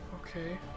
Okay